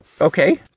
Okay